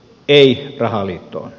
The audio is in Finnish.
ei rahaliittoon